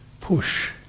push